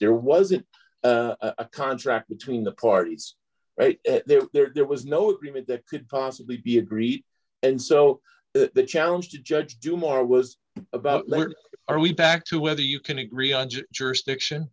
there wasn't a contract between the parties right there there was no agreement that could possibly be agreed and so the challenge to judge tomorrow was about let are we back to whether you can agree on jurisdiction